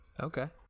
Okay